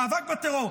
מאבק בטרור.